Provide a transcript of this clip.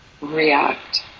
react